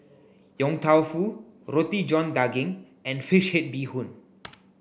Yong Tau Foo Roti John Daging and fish head Bee Hoon